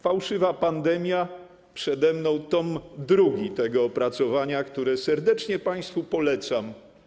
Fałszywa pandemia” - przede mną tom drugi tego opracowania, które serdecznie państwu polecam.